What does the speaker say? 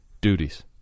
duties